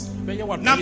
Number